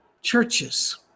churches